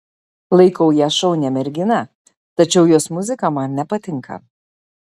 laikau ją šaunia mergina tačiau jos muzika man nepatinka